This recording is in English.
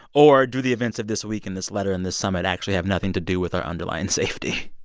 or do the events of this week and this letter and this summit actually have nothing to do with our underlying safety?